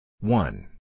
One